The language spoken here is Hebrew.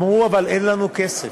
הם אמרו: אבל אין לנו כסף.